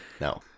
no